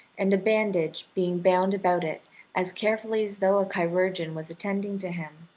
and a bandage being bound about it as carefully as though a chirurgeon was attending to him.